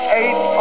eight